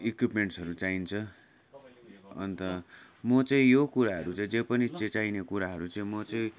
इक्युपमेन्टसहरू चाहिन्छ अन्त म चाहिँ यो कुराहरू चाहिँ जे पनि चाहिने कुराहरू चाहिँ म चाहिँ